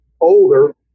older